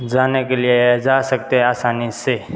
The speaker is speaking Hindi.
जाने के लिए जा सकते है आसानी से